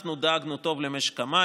אנחנו דאגנו טוב למשק המים,